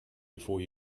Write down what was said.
before